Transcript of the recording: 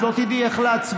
את לא תדעי איך להצביע.